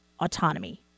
autonomy